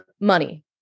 money